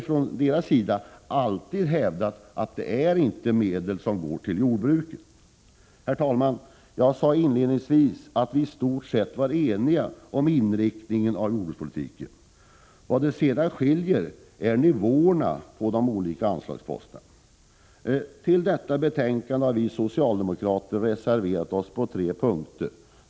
Från deras sida har det alltid hävdats att dessa medel inte går till jordbruket. Herr talman! Jag sade inledningsvis att vi i stort sett var eniga om inriktningen av jordbrukspolitiken. Vad som skiljer är nivåerna på de olika anslagsposterna. Till detta betänkande har vi socialdemokrater reserverat oss på tre punkter.